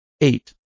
Eight